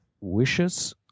wishes